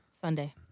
Sunday